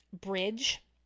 bridge